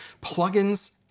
Plugins